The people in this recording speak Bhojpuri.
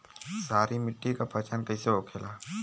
सारी मिट्टी का पहचान कैसे होखेला?